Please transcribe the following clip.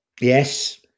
Yes